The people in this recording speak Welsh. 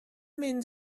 mynd